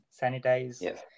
sanitize